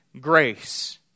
grace